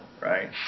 right